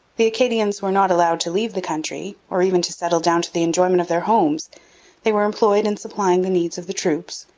the acadians were not allowed to leave the country, or even to settle down to the enjoyment of their homes they were employed in supplying the needs of the troops,